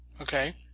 Okay